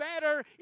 better